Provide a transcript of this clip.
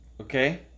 Okay